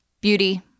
Beauty